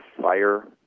fire